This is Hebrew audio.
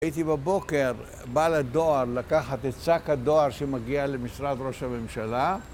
הייתי בבוקר, בא לדואר לקחת את שק הדואר שמגיע למשרד ראש הממשלה